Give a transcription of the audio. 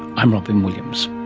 i'm robyn williams